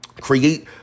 Create